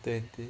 twenty